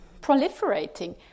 proliferating